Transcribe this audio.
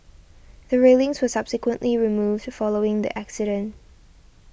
the railings were subsequently removed to following the accident